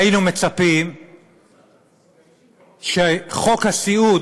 היינו מצפים שחוק הסיעוד,